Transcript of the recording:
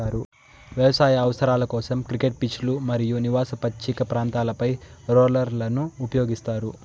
వ్యవసాయ అవసరాల కోసం, క్రికెట్ పిచ్లు మరియు నివాస పచ్చిక ప్రాంతాలపై రోలర్లను ఉపయోగిస్తారు